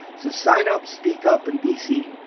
so sign up, speak up, and be seen.